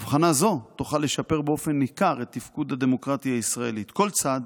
הבחנה זו תוכל לשפר באופן ניכר את תפקוד הדמוקרטיה הישראלית: כל צד,